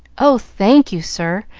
oh, thank you, sir!